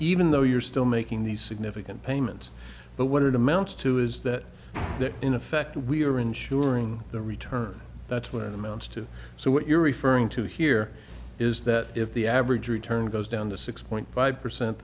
even though you're still making these significant pain but what it amounts to is that in effect we are insuring the return that's what it amounts to so what you're referring to here is that if the average return goes down to six point five percent